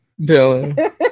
Dylan